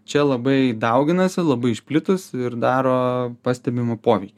čia labai dauginasi labai išplitus ir daro pastebimą poveikį